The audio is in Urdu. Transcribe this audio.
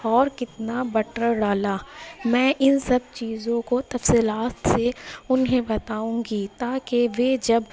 اور کتنا بٹر ڈالا میں ان سب چیزوں کو تفصیلات سے انہیں بتاؤں گی تاکہ وے جب